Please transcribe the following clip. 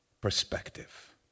perspective